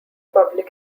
public